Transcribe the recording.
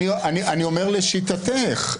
אני אומר: לשיטתך,